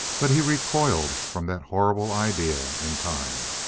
but he recoiled from that horrible idea in time.